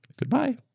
Goodbye